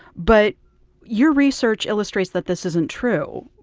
but your research illustrates that this isn't true,